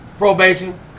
probation